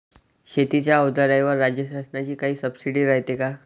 शेतीच्या अवजाराईवर राज्य शासनाची काई सबसीडी रायते का?